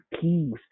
keys